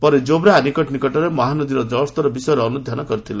ପରେ ଯୋବ୍ରା ଆନିକଟ୍ ନିକଟରେ ମହାନଦୀର ଜଳସ୍ତର ବିଷୟରେ ଅନୁଧ୍ଧାନ କରିଥିଲେ